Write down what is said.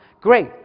Great